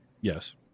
Yes